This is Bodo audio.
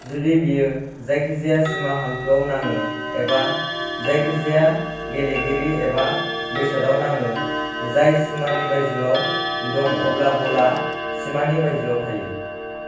जुदि बेयो जायखिजाया सिमा हांखोआव नाङो एबा जायखिजाया गेलेगिरि एबा बेसादाव नाङो जाय सिमानि बायजोआव दं अब्ला बला सिमानि बायजोआव थायो